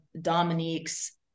Dominique's